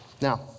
Now